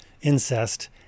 incest